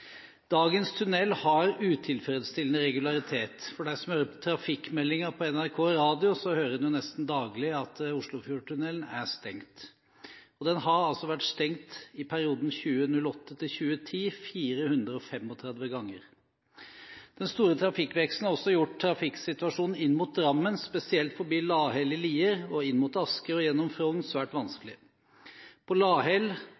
Dagens tunnel har utilfredsstillende regularitet. De som hører på trafikkmeldingen på NRK radio, hører nesten daglig at Oslofjordtunnelen er stengt. I perioden 2008–2010 har den vært stengt 435 ganger. Den store trafikkveksten har også gjort trafikksituasjonen inn mot Drammen, spesielt forbi Lahell i Lier og inn mot Asker og gjennom Frogn svært